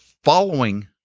Following